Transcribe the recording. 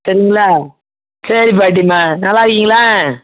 சரிங்களா சரி பாட்டியம்மா நல்லாயிருக்கீங்களா